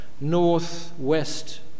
northwest